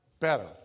better